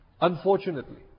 Unfortunately